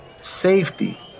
safety